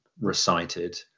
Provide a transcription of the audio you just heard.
recited